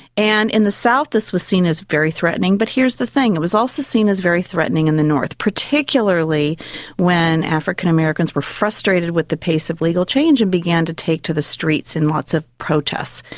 and in the south this was seen as very threatening, but here's the thing, it was also seen as very threatening in the north, particularly when african-americans were frustrated with the pace of legal change and began to take to the streets in lots of protest.